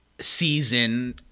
season